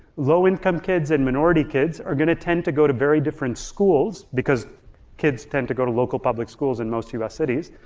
low income kids and minority kids are gonna tend to go to very different schools because kids tend to go to local public schools in most us cities,